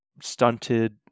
stunted